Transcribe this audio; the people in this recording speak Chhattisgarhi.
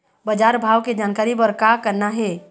बजार भाव के जानकारी बर का करना हे?